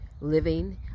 living